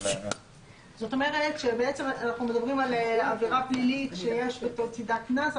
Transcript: זאת אומרת שבעצם אנחנו מדברים על עבירה פלילית שיש לצידה קנס,